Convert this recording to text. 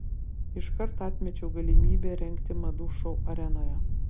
iškart atmečiau galimybę rengti madų šou arenoje